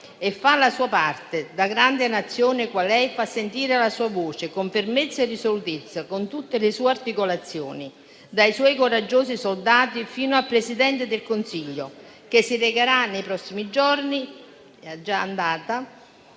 e fa la sua parte: da grande Nazione qual è, fa sentire la sua voce con fermezza e risolutezza, in tutte le sue articolazioni, dai suoi coraggiosi soldati fino al Presidente del Consiglio, che si recherà nei prossimi giorni proprio in